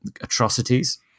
atrocities